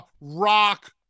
rock